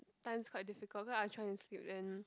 times quite difficult because I tried to sleep then